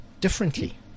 differently